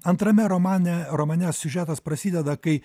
antrame romane romane siužetas prasideda kai